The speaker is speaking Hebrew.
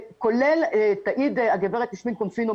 תעיד הגברת יסמין קונפינו,